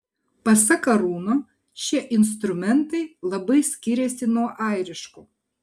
pasak arūno šie instrumentai labai skiriasi nuo airiškų